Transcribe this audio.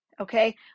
okay